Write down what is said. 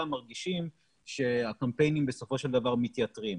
מרגישים שהקמפיינים בסופו של דבר מתייתרים,